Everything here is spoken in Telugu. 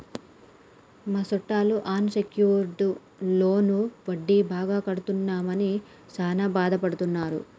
మా సుట్టాలు అన్ సెక్యూర్ట్ లోను వడ్డీ బాగా కడుతున్నామని సాన బాదపడుతున్నారు